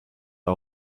are